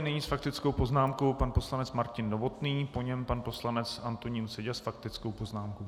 Nyní s faktickou poznámkou pan poslanec Martin Novotný, po něm pan poslanec Antonín Seďa s faktickou poznámkou.